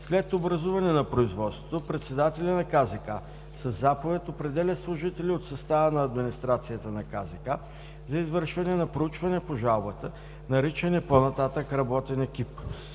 След образуване на производството председателят на КЗК със заповед определя служители от състава на администрацията на КЗК за извършване на проучване по жалбата, наричани по-нататък „работен екип“.